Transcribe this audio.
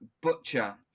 Butcher